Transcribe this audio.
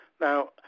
Now